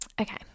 okay